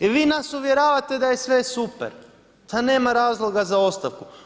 I vi nas uvjeravate da je sve super, da nema razloga za ostavku.